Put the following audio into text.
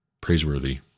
praiseworthy